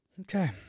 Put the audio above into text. Okay